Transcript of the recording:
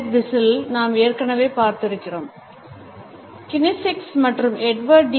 பேர்ட்விசில் நாம் ஏற்கனவே பார்த்திருக்கிறோம் கினிசிக்ஸ் மற்றும் எட்வர்ட் டி